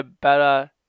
better